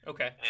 Okay